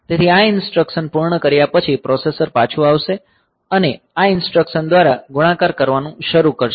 તેથી આ ઇન્સ્ટ્રક્સન પૂર્ણ કર્યા પછી પ્રોસેસર પાછું આવશે અને આ ઇન્સ્ટ્રક્સન દ્વારા ગુણાકાર કરવાનું શરૂ કરશે